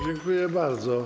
Dziękuję bardzo.